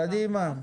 קדימה.